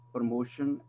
Promotion